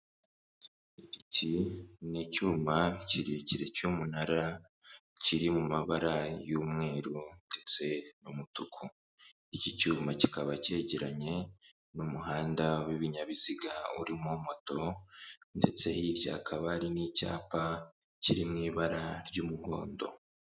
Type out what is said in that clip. Iki ni icyuma kirekire cy'umunara kiri mu mabara y'umweru ndetse n'umutuku, iki cyuma kikaba cyegeranye n'umuhanda w'ibinyabiziga urimo moto, ndetse hirya hakaba hari n'icyapa kiri mu ibara ry'umuhondo.